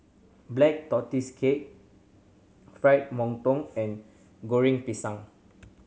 Black Tortoise Cake Fried Mantou and Goreng Pisang